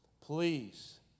please